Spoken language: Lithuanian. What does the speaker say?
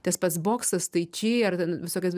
tas pats boksas tai chi ar visokios